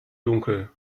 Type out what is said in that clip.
dunkel